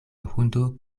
hundo